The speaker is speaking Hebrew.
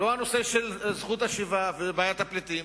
לא הנושא של זכות השיבה ובעיית הפליטים.